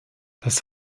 das